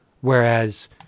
Whereas